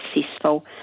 successful